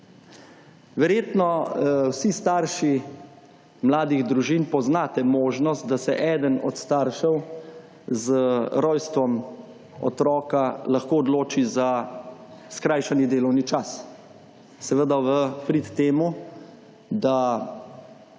Verjetno vsi starši mladih družin poznate možnost, da se eden od staršev z rojstvom otroka lahko odloči za skrajšani delovni čas, seveda v prid temu, da